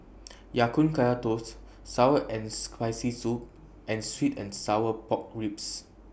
Ya Kun Kaya Toast Sour and Spicy Soup and Sweet and Sour Pork Ribs